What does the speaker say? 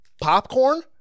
Popcorn